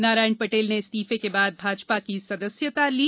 नारायण पटेल ने इस्तीफे के बाद भाजपा की सदस्यता ली